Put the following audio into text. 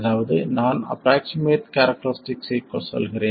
அதாவது நான் approximate characteristic ஐ சொல்கிறேன்